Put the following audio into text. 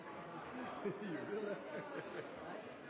gjør det